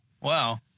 Wow